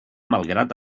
malgrat